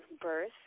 birth